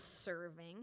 serving